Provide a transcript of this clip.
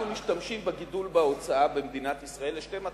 אנחנו משתמשים בגידול בהוצאה במדינת ישראל לשתי מטרות.